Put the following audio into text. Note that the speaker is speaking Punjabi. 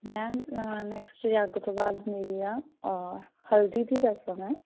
ਮੈਮ ਨੈਕਸਟ ਜਾਗੋ ਤੋਂ ਬਾਅਦ ਮੇਰੀ ਆ ਹਲਦੀ ਦੀ ਰਸਮ ਹੈ